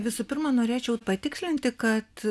visų pirma norėčiau patikslinti kad